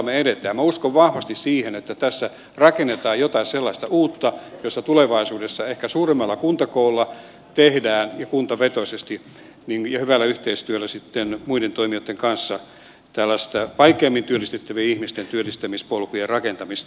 minä uskon vahvasti siihen että tässä rakennetaan jotain sellaista uutta jossa tulevaisuudessa ehkä suuremmalla kuntakoolla kuntavetoisesti ja hyvällä yhteistyöllä muiden toimijoitten kanssa tehdään tällaista vaikeimmin työllistettävien ihmisten työllistämispolkujen rakentamista